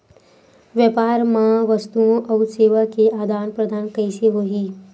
व्यापार मा वस्तुओ अउ सेवा के आदान प्रदान कइसे होही?